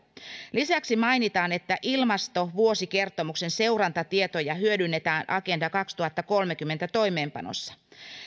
lisäksi mainitaan että ilmastovuosikertomuksen seurantatietoja hyödynnetään agenda kaksituhattakolmekymmentä toimeenpanossa